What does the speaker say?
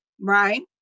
right